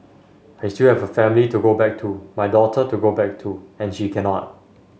still have a family to go back to my daughter to go back to and she cannot